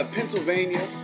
Pennsylvania